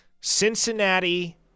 Cincinnati